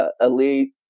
elite